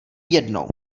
jednou